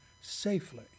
safely